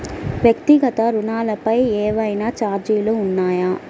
వ్యక్తిగత ఋణాలపై ఏవైనా ఛార్జీలు ఉన్నాయా?